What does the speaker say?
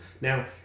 Now